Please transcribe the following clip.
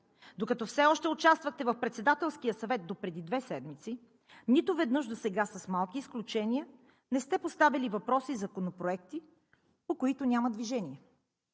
докато все още участвахте в Председателския съвет допреди две седмици, нито веднъж досега, с малки изключения, не сте поставяли въпроси, законопроекти, по които няма движение.